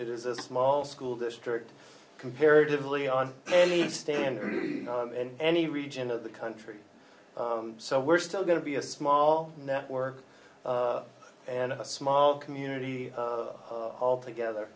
is a small school district comparatively on any standard and any region of the country so we're still going to be a small network and a small community all together